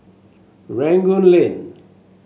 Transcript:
Rangoon Lane